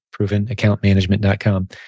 provenaccountmanagement.com